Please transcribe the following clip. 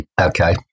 Okay